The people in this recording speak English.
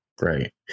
right